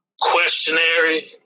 questionary